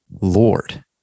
Lord